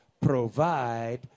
provide